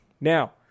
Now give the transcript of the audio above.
Now